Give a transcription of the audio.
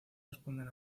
responden